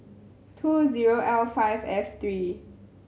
two zero L five F three